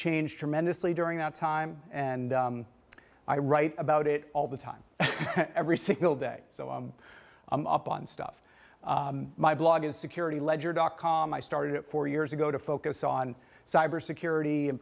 changed tremendously during that time and i write about it all the time every single day so i'm up on stuff my blog is security ledger dot com i started it four years ago to focus on cybersecurity in